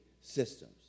systems